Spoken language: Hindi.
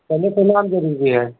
पहले तो नाम ज़रूरी है